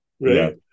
right